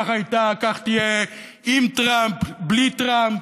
כך הייתה, כך תהיה, עם טראמפ, בלי טראמפ.